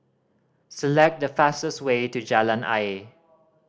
select the fastest way to Jalan Ayer